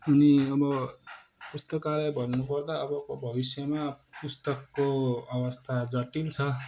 अनि अब पुस्तकालय भन्नुपर्दा अबको भविष्यमा पुस्तकको अवस्था जटिल छ